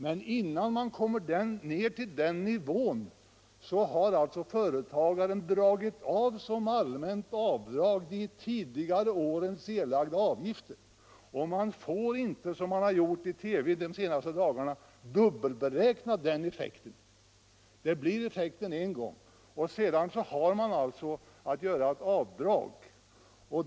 Men innan man kommer ned till den nivån har företagaren dragit av de tidigare årens erlagda avgifter som allmänt avdrag. Man får inte, som skett i TV-kommentarer de senaste dagarna, dubbelberäkna den effekten. Man får en sådan effekt en gång, och sedan har man att göra ett avdrag.